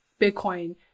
Bitcoin